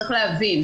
צריך להבין,